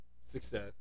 success